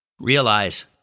Realize